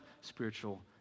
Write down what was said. spiritual